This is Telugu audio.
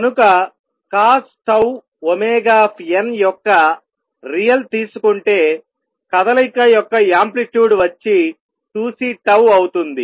కనుక cosτωn యొక్క రియల్ తీసుకుంటే కదలిక యొక్క యాంప్లిట్యూడ్ వచ్చి 2Cఅవుతుంది